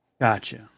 Gotcha